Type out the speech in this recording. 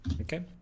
Okay